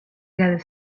gather